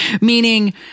meaning